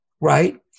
right